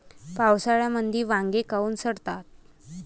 पावसाळ्यामंदी वांगे काऊन सडतात?